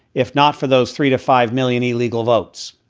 if not for those three to five million illegal votes.